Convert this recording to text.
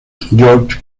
george